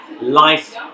life